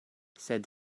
sed